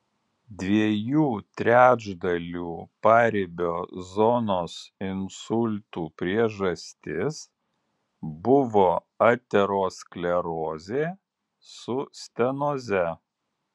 dviejų trečdalių paribio zonos insultų priežastis buvo aterosklerozė su stenoze